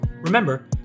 Remember